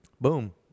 boom